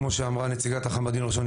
כמו שאמרה נציגת אח"מ בדיון הראשון,